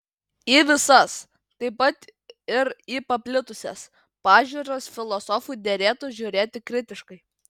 į visas taip pat ir į paplitusias pažiūras filosofui derėtų žiūrėti kritiškai